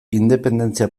independentzia